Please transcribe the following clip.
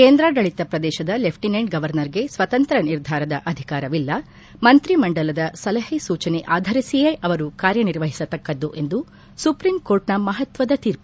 ಕೇಂದ್ರಾಡಳಿತ ಪ್ರದೇಶದ ಲೆಫ್ಲಿನೆಂಟ್ ಗೌವರ್ನರ್ಗೆ ಸ್ವತಂತ್ರ ನಿರ್ಧಾರದ ಅಧಿಕಾರವಿಲ್ಲ ಮಂತ್ರಿಮಂಡಲದ ಸಲಹೆ ಸೂಚನೆ ಆದರಿಸಿಯೇ ಅವರು ಕಾರ್ಯನಿರ್ವಹಿಸತಕ್ಕದ್ದು ಎಂದು ಸುಪ್ರೀಂಕೋರ್ಟ್ನ ಮಹತ್ವದ ತೀರ್ಮ